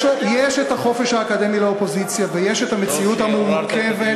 יש חופש אקדמי לאופוזיציה, ויש מציאות מורכבת